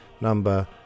number